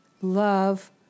love